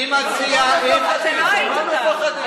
אני מציע, אתה לא היית כאן.